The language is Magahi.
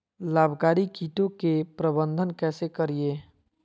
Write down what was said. लाभकारी कीटों के प्रबंधन कैसे करीये?